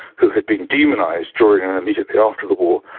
who had been demonised during and immediately after the war,